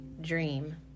Dream